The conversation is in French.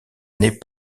n’est